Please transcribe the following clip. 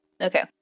Okay